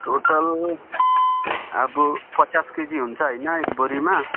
total अब पचास KG हुन्छ होइन एक बोरीमा हजुर